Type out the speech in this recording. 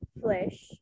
flesh